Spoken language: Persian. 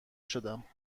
شدم